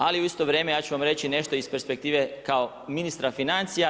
Ali u isto vrijeme ja ću vam reći nešto iz perspektive kao ministra financija.